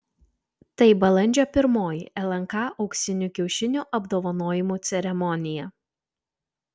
tai balandžio pirmoji lnk auksinių kiaušinių apdovanojimų ceremonija